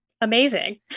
Amazing